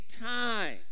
time